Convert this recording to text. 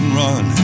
run